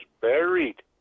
buried